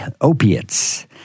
Opiates